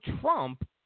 Trump